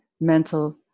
mental